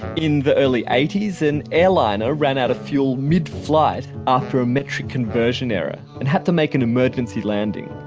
in the early eighties, an airliner ran out of fuel mid-flight after a metric conversion error and had to make an emergency landing,